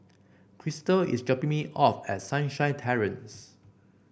Kristal is dropping me off at Sunshine Terrace